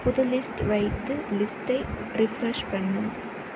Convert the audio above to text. புது லிஸ்ட் வைத்து லிஸ்ட்டை ரிஃப்ரெஷ் பண்ணு